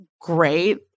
great